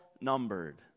numbered